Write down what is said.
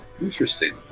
interesting